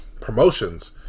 promotions